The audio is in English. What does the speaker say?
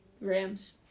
Rams